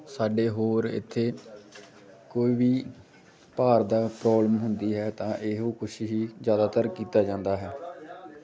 ਸਾਡੇ ਹੋਰ ਇੱਥੇ ਕੋਈ ਵੀ ਭਾਰ ਦੀ ਪ੍ਰੋਬਲਮ ਹੁੰਦੀ ਹੈ ਤਾਂ ਇਹੋ ਕੁਛ ਹੀ ਜ਼ਿਆਦਾਤਰ ਕੀਤਾ ਜਾਂਦਾ ਹੈ